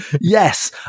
yes